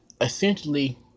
essentially